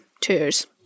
tours